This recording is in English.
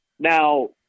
Now